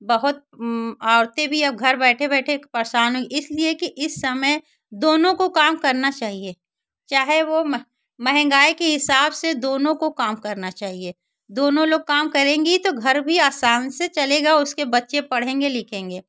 बहुत औरतें भी अब घर बैठे बैठे परेशान होंगी इसलिए कि इस समय दोनों को काम करना चाहिए चाहे वे महंगाई के हिसाब से दोनों को काम करना चाहिए दोनों लोग काम करेंगी तो घर भी आसान से चलेगा उसके बच्चे पढ़ेंगे लिखेंगे